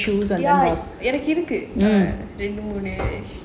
எனக்கு இருக்கு ரெண்டு மூணு:enakku irukku rendu moonu